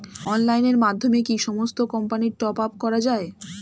অনলাইনের মাধ্যমে কি সমস্ত কোম্পানির টপ আপ করা যায়?